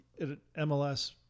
MLS